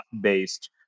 based